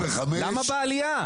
למה בעלייה?